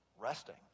resting